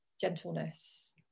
gentleness